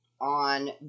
on